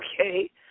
okay